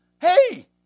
Hey